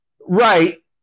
right